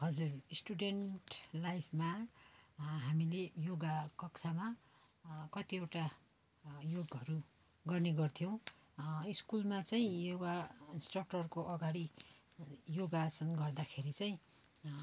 हजुर स्टुडेन्ट लाइफमा हामीले योगा कक्षामा कतिवटा योगहरू गर्ने गर्थ्यौँ स्कुलमा चाहिँ योगा इन्स्ट्रक्टरको अगाडि योगासन गर्दाखेरि चाहिँ